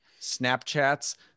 Snapchats